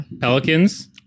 Pelicans